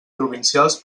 provincials